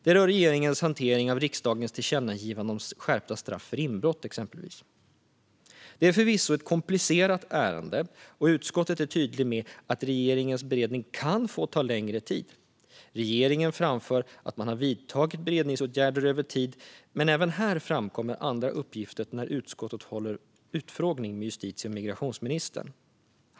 Det rör exempelvis regeringens hantering av riksdagens tillkännagivande om skärpta straff för inbrott. Detta är förvisso ett komplicerat ärende, och utskottet är tydligt med att regeringens beredning kan få ta längre tid. Regeringen framför att man har vidtagit beredningsåtgärder över tid, men även här framkommer andra uppgifter när utskottet håller utfrågning med justitie och migrationsministern.